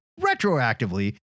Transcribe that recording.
retroactively